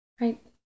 Right